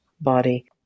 body